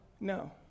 No